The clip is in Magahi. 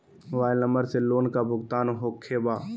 मोबाइल नंबर से लोन का भुगतान होखे बा?